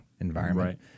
environment